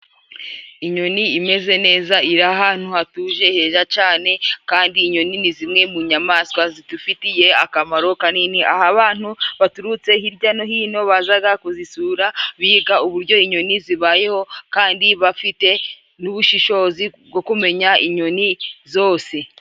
Inyoni imeze neza irahantu hatuje heza cyane, kandi inyoni ni zimwe mu nyamaswa zidufitiye akamaro kanini. Ahantu baturutse hirya no hino baza kuzisura, biga uburyo inyoni zibayeho kandi bafite n'ubushishozi bwo kumenya inyoni zose.